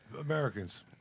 Americans